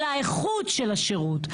אלא האיכות של השירות.